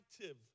active